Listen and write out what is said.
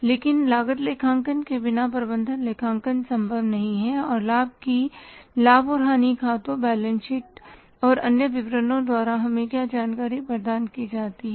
लेकिन लागत लेखांकन के बिना प्रबंधन लेखांकन संभव नहीं है और लाभ और हानि खातों बैलेंस शीट और अन्य विवरणों द्वारा हमें क्या जानकारी प्रदान की जाती है